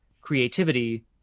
creativity